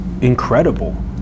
incredible